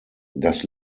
das